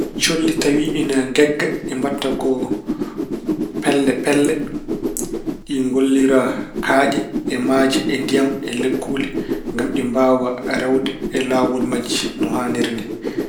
Colli tawi ene ngegga, ɗi mbaɗta ko pelle. Ɗi ngollira kaaƴe e maaje e ndiyam e lekkuule ngam ɗi mbaawa rewde e laawol majji no haaniri ni.